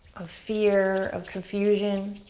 of fear, of confusion.